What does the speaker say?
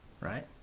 right